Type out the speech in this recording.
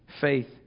faith